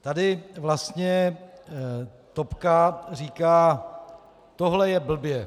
Tady vlastně topka říká: Tohle je blbě.